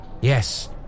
yes